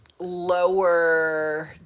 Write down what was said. Lower